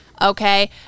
Okay